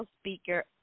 speaker